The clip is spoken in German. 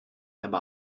aber